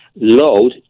Load